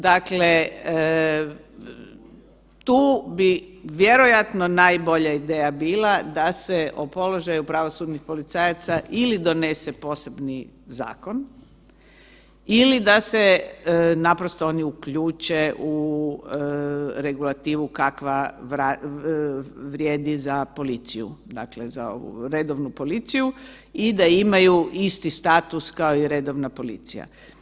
Dakle, tu bi vjerojatno najbolja ideja bila da se o položaju pravosudnih policajaca ili donese posebni zakon ili da se naprosto oni uključe u regulativu kakva vrijedi za policiju, dakle za ovu redovnu policiju i da imaju isti status kao i redovna policija.